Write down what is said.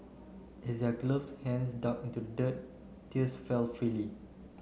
as their gloved hands dug into the dirt tears fell freely